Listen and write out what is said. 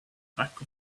back